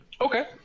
Okay